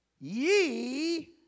Ye